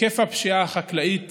היקף הפשיעה החקלאית